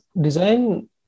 design